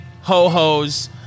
ho-hos